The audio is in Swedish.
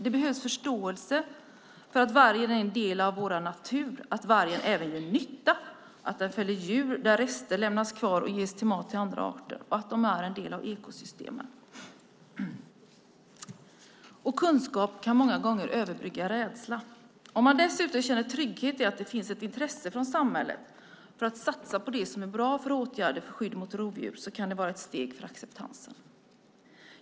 Det behövs förståelse för att vargen är en del av vår natur, att vargen även gör nytta, att den fäller djur där rester lämnas kvar och blir mat till andra arter och att den är en del av ekosystemen. Kunskap kan många gånger överbrygga rädsla. Om man dessutom känner trygghet i att det finns ett intresse från samhället av att satsa på det som är bra när det gäller åtgärder som ger skydd mot rovdjur kan det vara ett steg mot acceptansen.